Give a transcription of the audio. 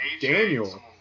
Daniel